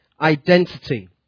identity